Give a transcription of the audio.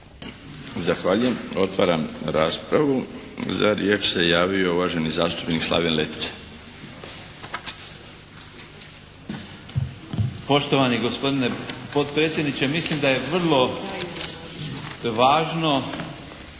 Zahvaljujem. Otvaram raspravu. Za riječ se javio uvaženi zastupnik Slaven Letica. **Letica, Slaven (Nezavisni)** Poštovani gospodine potpredsjedniče, mislim da je vrlo važno